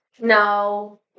No